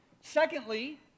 Secondly